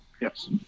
Yes